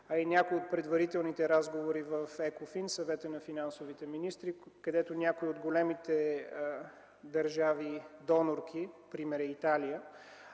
а и на някои от предварителните разговори в ЕКОФИН, Съветът на финансовите министри, където някои от големите държави донорки, пример е Италия,